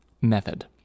Method